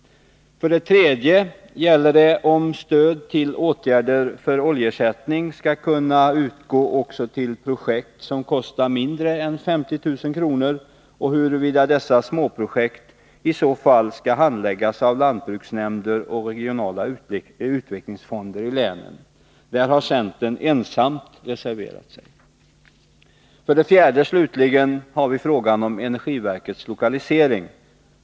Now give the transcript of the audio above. För det tredje gäller oenigheten huruvida stöd från oljeersättningsfonden skall kunna utgå också till projekt som kostar mindre än 50 000 kr. och huruvida dessa småprojekt i så fall skall handläggas av lantbruksnämnder och regionala utvecklingsfonder i länen. Där har centern ensam reserverat sig. För det fjärde och slutligen har vi frågan om energiverkets lokalisering.